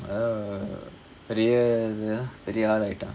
oh பெரிய இது பெரிய ஆளாயிட்டான்:periya ithu periya aalaayittaan